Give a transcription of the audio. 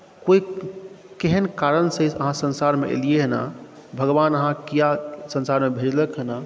ओहि केहन कारणसे अहाँ संसारमे एलैऐ हँ भगवान अहाँकेँ किआ संसारमे भेजलक हँ